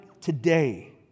today